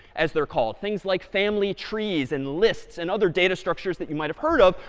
as they're called, things like family trees, and lists, and other data structures that you might have heard of.